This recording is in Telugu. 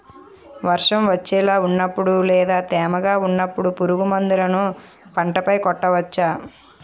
వర్షం వచ్చేలా వున్నపుడు లేదా తేమగా వున్నపుడు పురుగు మందులను పంట పై కొట్టవచ్చ?